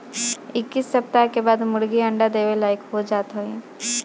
इक्कीस सप्ताह के बाद मुर्गी अंडा देवे लायक हो जात हइन